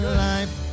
life